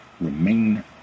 remain